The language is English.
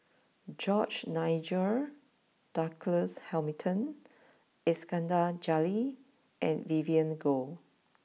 George Nigel Douglas Hamilton Iskandar Jalil and Vivien Goh